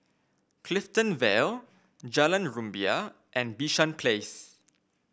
Clifton Vale Jalan Rumbia and Bishan Place